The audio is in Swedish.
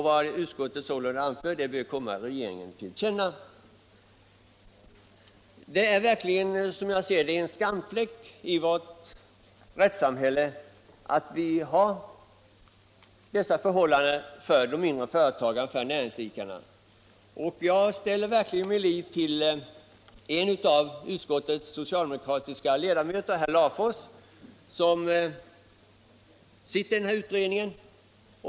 Vad utskottet sålunda uttalat ——-—- bör ges regeringen till känna.” Som jag ser det, är det en skam för vårt rättssamhälle att näringsidkare missgynnas i det här sammanhanget. Jag sätter min lit till en av utskottets socialdemokratiska ledamöter, herr Larfors, som sitter i den åberopade utredningen.